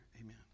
Amen